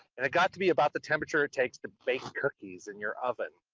and it got to be about the temperature, it takes the baking cookies in your oven.